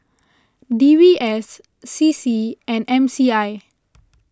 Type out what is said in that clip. D B S C C and M C I